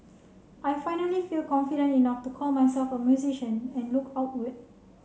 I finally feel confident enough to call myself a musician and look outward